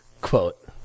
quote